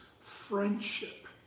friendship